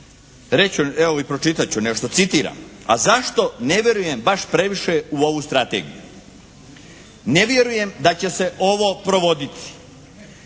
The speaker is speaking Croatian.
Reći ću evo i pročitat ću nešto, citiram: “A zašto ne vjerujem baš previše u ovu strategiju. Ne vjerujem da će se ovo provoditi.